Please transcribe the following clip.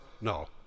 no